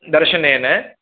दर्शनेन